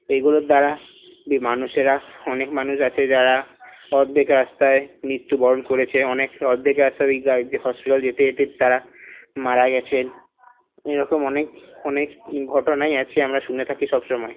এইগুলোর দ্বারা যে মানুষেরা অনেক মানুষ আছে যারা অর্ধেক রাস্তায় মৃত্যুবরণ করেছে অনেকে অর্ধেক রাস্তাই হসপিটাল যেতে যেতে তারা মারা গেছেন এরকম অনেক অনেক ঘটনাই আছে আমরা শুনে থাকি সবসময়